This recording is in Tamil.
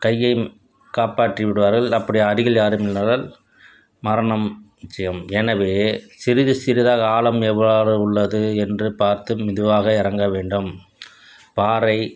கையை காப்பாற்றி விடுவார்கள் அப்படி அருகில் யாருமில்லாததால் மரணம் நிச்சயம் எனவே சிறிது சிறிதாக ஆழம் எவ்வாறு உள்ளது என்றுப் பார்த்து மெதுவாக இறங்க வேண்டும் பாறை